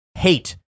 hate